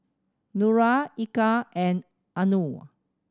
Nura Eka and Anuar